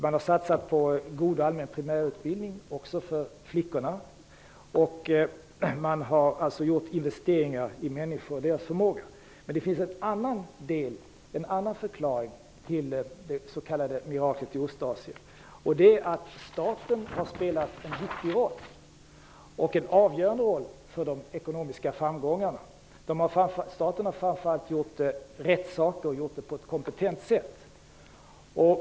Man har satsat på god och allmän primärutbildning, också för flickorna. Man har alltså gjort investeringar i människor och deras förmåga. Men det finns också en annan förklaring till det s.k. miraklet i Sydostasien, och det är att staten har spelat en avgörande roll för de ekonomiska framgångarna. Staten har framför allt gjort rätt saker och gjort det på ett kompetent sätt.